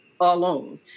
alone